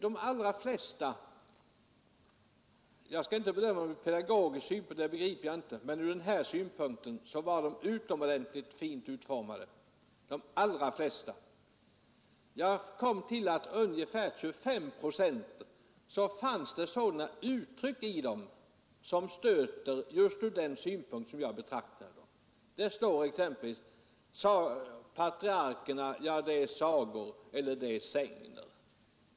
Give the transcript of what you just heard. De allra flesta var utomordentligt fint utformade från den synpunkt vi nu behandlar — jag kan inte bedöma deras värde från pedagogisk synpunkt. Jag kom fram till att i ungefär 25 procent av böckerna fanns det uttryck som ur min synpunkt sett var stötande. I en bok står det exempelvis att berättelserna om patriarkerna är sagor eller sägner.